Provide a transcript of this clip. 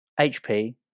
HP